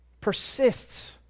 persists